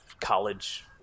college